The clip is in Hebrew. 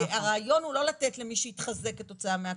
כי הרעיון הוא לא לתת למי שהתחזק כתוצאה מהקורונה,